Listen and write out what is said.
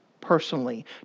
personally